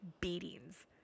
beatings